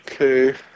Okay